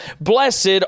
blessed